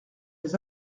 les